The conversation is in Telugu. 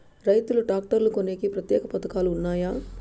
రైతులు ట్రాక్టర్లు కొనేకి ప్రత్యేక పథకాలు ఉన్నాయా?